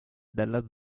della